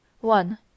One